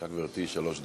בבקשה, גברתי, שלוש דקות.